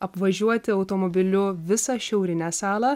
apvažiuoti automobiliu visą šiaurinę salą